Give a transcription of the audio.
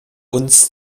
uns